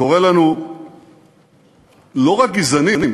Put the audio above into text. קורא לנו לא רק גזענים,